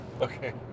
Okay